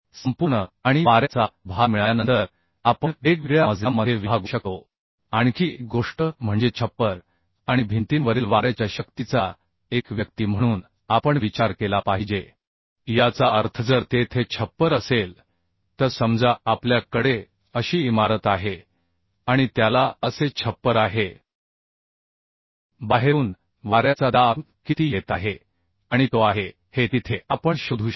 संपूर्ण आणि वाऱ्याचा भार मिळाल्यानंतर आपण वेगवेगळ्या मजल्यामध्ये विभागू शकतो आणखी एक गोष्ट म्हणजे छप्पर आणि भिंतींवरील वाऱ्याच्या शक्तीचा एक व्यक्ती म्हणून आपण विचार केला पाहिजे याचा अर्थ जर तेथे छप्पर असेल तर समजा आपल्या कडे अशी इमारत आहे आणि त्याला असे छप्पर आहे बाहेरून वाऱ्याचा दाब किती येत आहे आणि तो आहे हे तिथे आपण शोधू शकतो